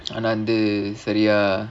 ஆனா வந்து சரியா:aanaa vandhu sariyaa